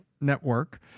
network